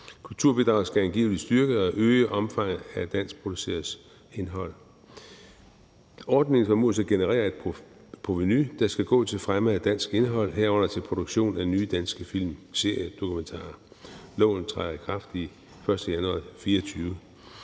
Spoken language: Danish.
Kulturbidraget skal angiveligt styrke og øge omfanget af danskproduceret indhold. Ordningen formodes at generere et provenu, der skal gå til fremme af dansk indhold, herunder til produktion af nye danske film, serier og dokumentarer. Loven træder i kraft den 1. januar 2024.